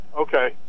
Okay